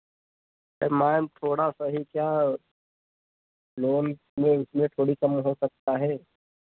ma'am थोड़ा सा ही क्या लोन में इतने थोड़ी कम हो सकता है